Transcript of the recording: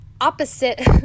opposite